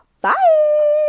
Bye